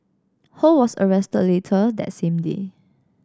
Ho was arrested later that same day